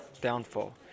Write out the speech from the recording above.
downfall